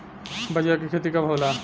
बजरा के खेती कब होला?